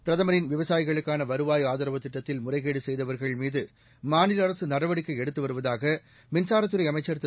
பிரதமரின் விவசாயிகளுக்கான வருவாய் ஆதரவு திட்டத்தில் முறைகேடு செய்தவர்கள் மீது மாநில அரசு நடவடிக்கை எடுத்து வருவதாக மின்சாரத்துறை அமைச்சர் திரு